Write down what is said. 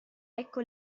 ecco